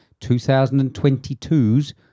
2022's